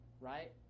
right